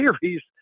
series